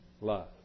Love